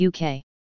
UK